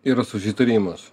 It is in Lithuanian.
yra susitarimas